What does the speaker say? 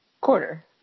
quarter